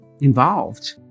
involved